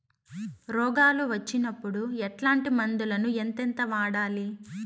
రోగాలు వచ్చినప్పుడు ఎట్లాంటి మందులను ఎంతెంత వాడాలి?